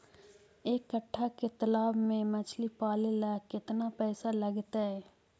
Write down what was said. एक कट्ठा के तालाब में मछली पाले ल केतना पैसा लगतै?